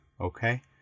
okay